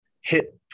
hit